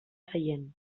seient